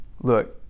Look